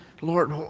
Lord